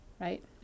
right